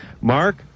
Mark